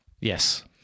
Yes